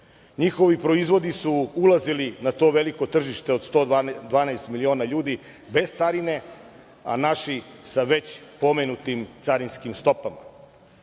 Njihovi proizvodi su ulazili na to veliko tržište od 112 miliona ljudi bez carine, a naši sa već pomenutim carinskim stopama. Inače,